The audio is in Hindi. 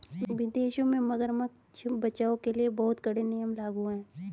विदेशों में मगरमच्छ बचाओ के लिए बहुत कड़े नियम लागू हैं